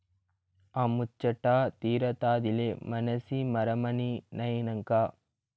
ఆ ముచ్చటా తీరతాదిలే మనసి మరమనినైనంక